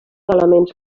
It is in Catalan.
elements